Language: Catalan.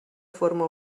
forma